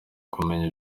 kumenya